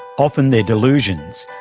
often they're delusions,